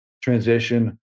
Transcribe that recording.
transition